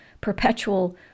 perpetual